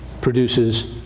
produces